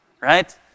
right